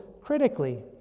critically